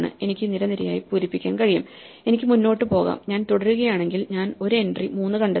എനിക്ക് നിരനിരയായി പൂരിപ്പിക്കാൻ കഴിയും എനിക്ക് മുന്നോട്ട് പോകാം ഞാൻ തുടരുകയാണെങ്കിൽ ഞാൻ ഒരു എൻട്രി 3 കണ്ടെത്തും